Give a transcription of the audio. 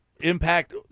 impact